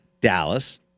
Dallas